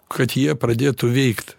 kad jie pradėtų veikt